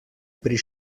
pri